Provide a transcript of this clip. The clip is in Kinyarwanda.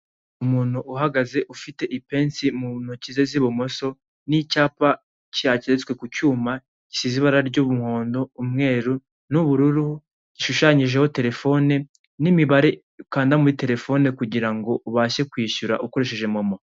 Umuntu uhagaze ufite ipensi mu ntoki ze z'ibumoso, n'icyapa cyateretswe ku cyuma, gisize ibara ry'umuhondo, umweru n'ubururu, gishushanyijeho telefone n'imibare ukanda muri terefone kugira ngo ubashe kwishyura ukoresheje MoMo.